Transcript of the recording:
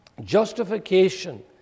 Justification